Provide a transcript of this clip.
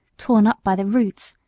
torn up by the roots,